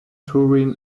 touring